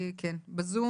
שלום